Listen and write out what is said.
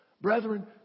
Brethren